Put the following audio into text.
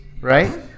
right